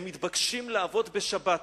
הם מתבקשים לעבוד בשבת,